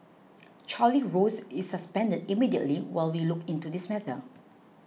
Charlie Rose is suspended immediately while we look into this matter